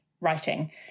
writing